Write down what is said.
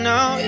Now